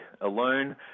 alone